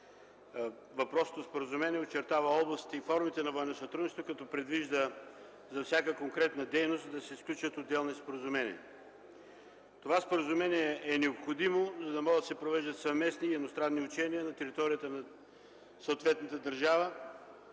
Въпросното споразумение очертава областите и формите на военно сътрудничество, като предвижда за всяка конкретна дейност да се сключват отделни споразумения. Това споразумение е необходимо, за да могат да се провеждат съвместни и едностранни учения на територията на съответната държава